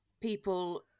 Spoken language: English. people